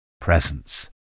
Presence